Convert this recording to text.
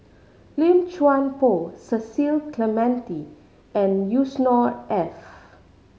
Lim Chuan Poh Cecil Clementi and Yusnor Ef